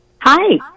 Hi